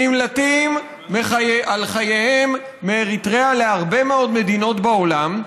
נמלטים על חייהם מאריתריאה להרבה מאוד מדינות בעולם,